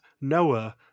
Noah